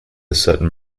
certain